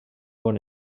bon